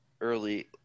early